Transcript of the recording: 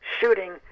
shooting